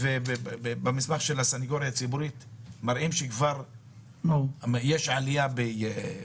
במסמך של הסנגוריה הציבורית מראים שכבר יש עלייה בחומרת העונשים.